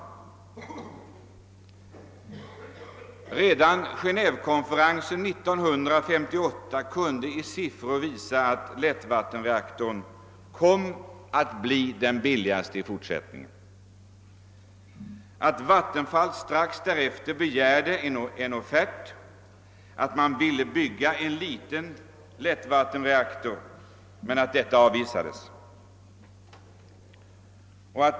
Redan Genéevekonferensen 1958 kunde med siffror visa att lättvattenreaktorn i fortsättningen skulle bli billigast. Vattenfall begärde strax därefter offert och ville bygga en liten lättvattenreaktor, men detta avvisades.